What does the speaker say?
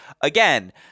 again